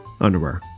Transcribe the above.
underwear